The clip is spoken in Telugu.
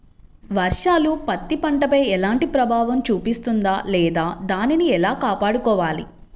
వర్షాలు పత్తి పంటపై ఎలాంటి ప్రభావం చూపిస్తుంద లేదా దానిని ఎలా కాపాడుకోవాలి?